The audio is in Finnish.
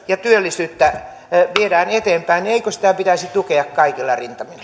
ja työllisyyttä viedään eteenpäin niin eikö sitä pitäisi tukea kaikilla rintamilla